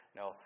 no